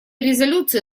резолюции